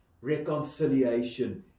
reconciliation